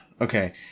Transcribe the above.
okay